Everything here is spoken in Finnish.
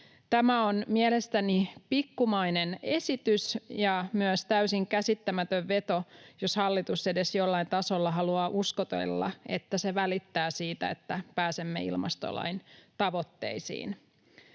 Tämä on mielestäni pikkumainen esitys ja myös täysin käsittämätön veto, jos hallitus edes jollain tasolla haluaa uskotella, että se välittää siitä, että pääsemme ilmastolain tavoitteisiin.